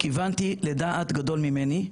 כיוונתי לדעת גדול ממני,